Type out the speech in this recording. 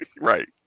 Right